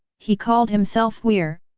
he called himself weir,